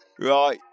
Right